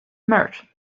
merchant